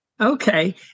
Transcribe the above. Okay